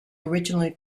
originally